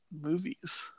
movies